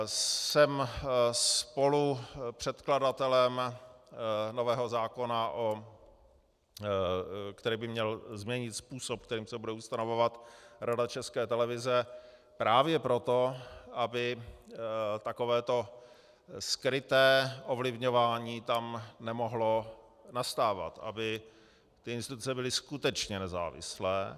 Jsem spolupředkladatelem nového zákona, který by měl změnit způsob, kterým se bude ustanovovat Rada České televize, právě proto, aby takovéto skryté ovlivňování tam nemohlo nastávat, aby ty instituce byly skutečně nezávislé.